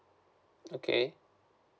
okay